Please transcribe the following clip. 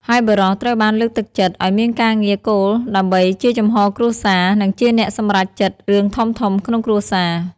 ហើយបុរសត្រូវបានលើកទឹកចិត្តឱ្យមានការងារគោលដើម្បីជាចំហគ្រួសារ និងជាអ្នកសម្រេចចិត្តរឿងធំៗក្នុងគ្រួសារ។